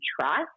trust